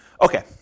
Okay